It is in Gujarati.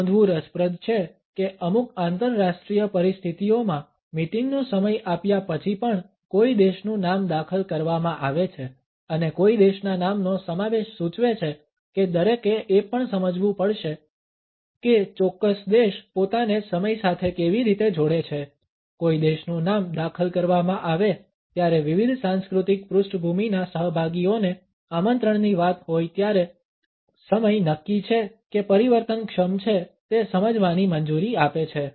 તે નોંધવું રસપ્રદ છે કે અમુક આંતરરાષ્ટ્રીય પરિસ્થિતિઓમાં મીટિંગનો સમય આપ્યા પછી પણ કોઈ દેશનું નામ દાખલ કરવામાં આવે છે અને કોઈ દેશના નામનો સમાવેશ સૂચવે છે કે દરેકે એ પણ સમજવું પડશે કે ચોક્કસ દેશ પોતાને સમય સાથે કેવી રીતે જોડે છે કોઈ દેશનું નામ દાખલ કરવામાં આવે ત્યારે વિવિધ સાંસ્કૃતિક પૃષ્ઠભૂમિના સહભાગીઓને આમંત્રણની વાત હોય ત્યારે સમય નક્કી છે કે પરિવર્તનક્ષમ છે તે સમજવાની મંજૂરી આપે છે